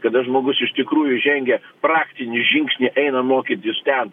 kada žmogus iš tikrųjų žengia praktinį žingsnį eina mokyt jus ten